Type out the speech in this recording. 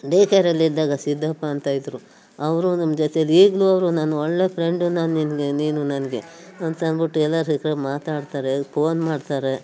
day ಕೇರಲ್ಲಿದ್ದಾಗ ಸಿದ್ದಪ್ಪ ಅಂತ ಇದ್ದರು ಅವರು ನಮ್ಮ ಜೊತೆಲಿ ಈಗಲೂ ಅವರು ನನ್ನ ಒಳ್ಳೆ ಫ್ರೆಂಡು ನಾನು ನಿನಗೆ ನೀನು ನನಗೆ ಅಂತಂದ್ಬಿಟ್ಟು ಎಲ್ಲರ ಹತ್ರ ಮಾತಾಡ್ತಾರೆ ಪೋನ್ ಮಾಡ್ತಾರೆ